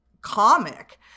comic